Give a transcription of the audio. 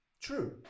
true